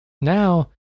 now